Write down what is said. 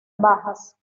bajas